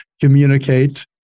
communicate